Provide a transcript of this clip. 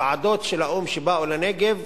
ועדות של האו"ם שבאו לנגב,